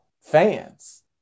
fans